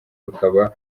rukaba